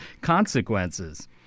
consequences